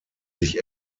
sich